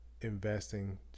investing